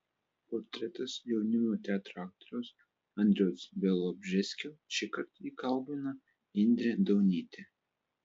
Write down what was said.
portretas jaunimo teatro aktoriaus andriaus bialobžeskio šįkart jį kalbina indrė daunytė